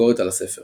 ביקורת על הספר